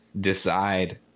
decide